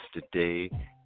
yesterday